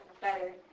better